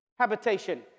Habitation